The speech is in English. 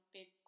big